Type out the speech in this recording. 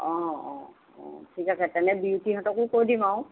অঁ অঁ ঠিক আছে তেনে বিউটীহঁতকো কৈ দিম আৰু